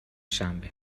شنبه